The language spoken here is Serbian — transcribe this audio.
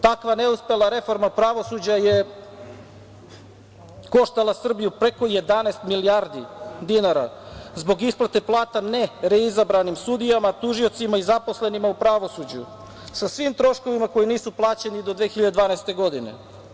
Takva neuspela reforma pravosuđa je koštala Srbiju preko 11 milijardi dinara zbog isplate plata nereizabranim sudijama, tužiocima i zaposlenima u pravosuđu sa svim troškovima koji nisu plaćeni do 2012. godine.